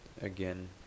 again